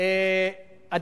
והביטוח הלאומי.